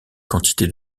quantité